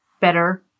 better